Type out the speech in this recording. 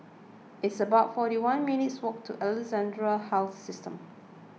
it's about forty one minutes' walk to Alexandra Health System